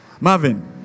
Marvin